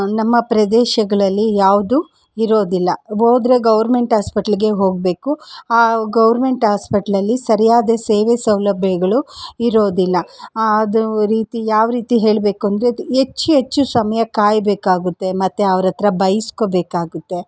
ನಮ್ಮ ಪ್ರದೇಶಗಳಲ್ಲಿ ಯಾವುದೂ ಇರೋದಿಲ್ಲ ಹೋದ್ರೆ ಗೌರ್ಮೆಂಟ್ ಆಸ್ಪೆಟ್ಲಿಗೆ ಹೋಗಬೇಕು ಆ ಗೌರ್ಮೆಂಟ್ ಆಸ್ಪೆಟ್ಲಲ್ಲಿ ಸರಿಯಾದ ಸೇವೆ ಸೌಲಭ್ಯಗಳು ಇರೋದಿಲ್ಲ ಅದು ರೀತಿ ಯಾವ ರೀತಿ ಹೇಳಬೇಕು ಅಂದರೆ ಹೆಚ್ಚು ಹೆಚ್ಚು ಸಮಯ ಕಾಯಬೇಕಾಗುತ್ತೆ ಮತ್ತೆ ಅವ್ರ ಹತ್ರ ಬೈಸ್ಕೊಳ್ಬೇಕಾಗುತ್ತೆ